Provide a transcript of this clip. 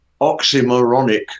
oxymoronic